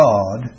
God